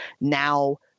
now